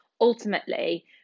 ultimately